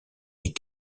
des